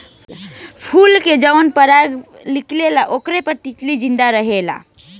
फूल से जवन पराग निकलेला ओकरे पर तितली जिंदा रहेले